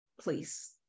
please